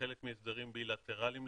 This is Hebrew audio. כחלק מהסדרים בי-לטראליים.